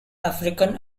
african